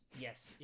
Yes